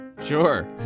Sure